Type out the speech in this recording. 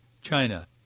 China